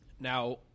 Now